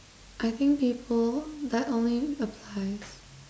I think people that only applies